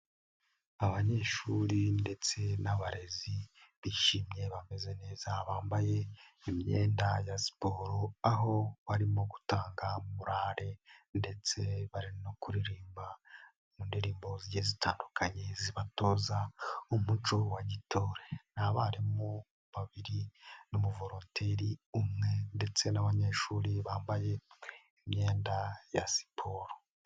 Abanyeshuri ndetse n'abarezi bishimye bameze neza bambaye imyenda ya siporo aho barimo gutanga morale ndetse bari no kuririmba mu ndirimbo zigiye zitandukanye zibatoza umuco wa gitore, ni abarimu babiri n'umuvoroteri umwe ndetse n'abanyeshuri bambaye imyenda ya siporo.